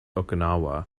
okinawa